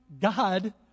God